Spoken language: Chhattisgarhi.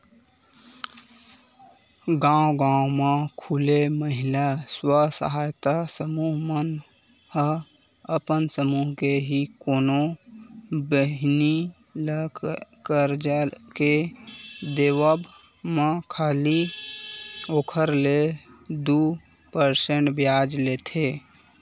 गांव गांव म खूले महिला स्व सहायता समूह मन ह अपन समूह के ही कोनो बहिनी ल करजा के देवब म खाली ओखर ले दू परसेंट बियाज लेथे